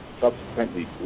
subsequently